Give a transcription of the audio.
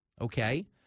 okay